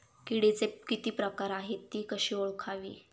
किडीचे किती प्रकार आहेत? ति कशी ओळखावी?